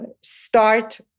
start